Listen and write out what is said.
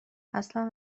اصلا